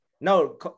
No